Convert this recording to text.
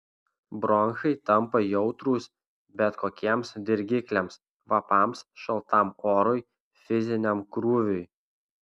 bronchai tampa jautrūs bet kokiems dirgikliams kvapams šaltam orui fiziniam krūviui